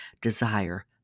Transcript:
Desire